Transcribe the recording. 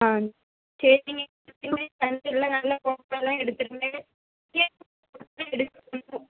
சரிங்க கரெக்டாக நீங்கள் வந்து நல்லா ஃபோட்டோயெல்லாம் எடுத்துடுங்க